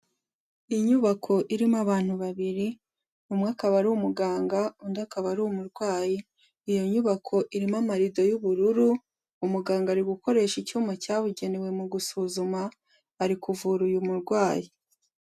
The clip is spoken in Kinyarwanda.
Inyubako irimo abantu babiri, umwe akaba ari umuganga, undi akaba ari umurwayi, iyo nyubako irimo amarido y'ubururu, umuganga ari gukoresha icyuma cyabugenewe mu gusuzuma, ari kuvura uyu murwayi.